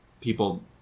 people